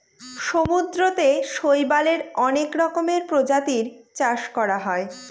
সমুদ্রতে শৈবালের অনেক রকমের প্রজাতির চাষ করা হয়